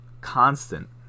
constant